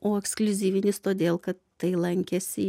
o ekskliuzyvinis todėl kad tai lankėsi